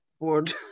board